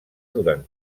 durant